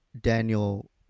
Daniel